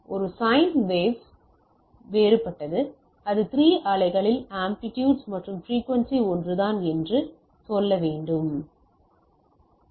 ஒரு sine waves வேறுபட்டது இந்த 3 அலைகளின் ஆம்ப்ளிடியூட்ஸ் மற்றும் பிரிக்குவென்சி ஒன்றுதான் என்று சொல்ல வேண்டும் ஆனால் அவை வெவ்வேறு தொடக்க நேரங்களைக் கொண்டுள்ளன